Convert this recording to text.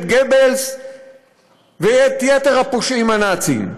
את גבלס ואת יתר הפושעים הנאצים.